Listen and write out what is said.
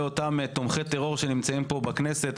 אותם תומכי טרור שנמצאים פה בכנסת.